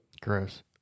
gross